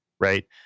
Right